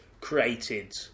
created